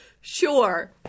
Sure